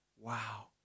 Wow